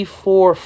four